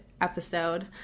episode